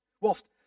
Whilst